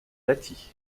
lahti